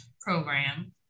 program